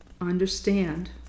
understand